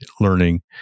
learning